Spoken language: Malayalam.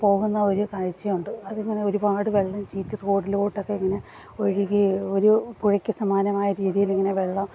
പോകുന്ന ഒരു കാഴ്ച്ചയുണ്ട് അതിങ്ങനെ ഒരുപാട് വെള്ളം ചീറ്റി റോഡിലോട്ടൊക്കെ ഇങ്ങനെ ഒഴുകി ഒരു പുഴയ്ക്ക് സമാനമായ രീതിയിലിങ്ങനെ വെള്ളം